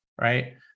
right